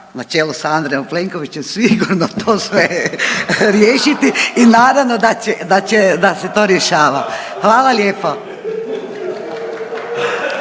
na čelu s Andrijem Plenković sigurno sve to riješiti i naravno da će, da će, da se to rješava. Hvala lijepo.